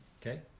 okay